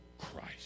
Christ